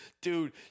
dude